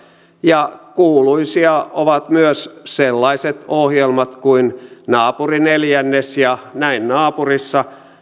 ja kuuluisia ovat myös sellaiset ohjelmat kuin naapurineljännes ja näin naapurissa